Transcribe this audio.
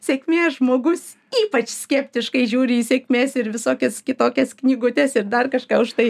sėkmės žmogus ypač skeptiškai žiūri į sėkmės ir visokias kitokias knygutes ir dar kažką už tai